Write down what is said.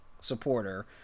supporter